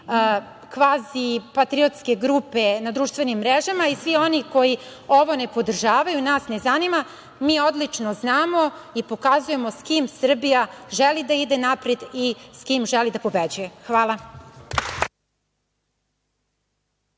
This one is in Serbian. kvazipatriotske grupe na društvenim mrežama i svi oni koji ovo ne podržavaju nas ne zanima, mi odlično znamo i pokazujemo s kim Srbija želi da ide napred i s kim želi da pobeđuje. Hvala.